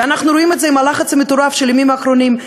אנחנו רואים את זה עם הלחץ המטורף של הימים האחרונים: